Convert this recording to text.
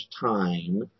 time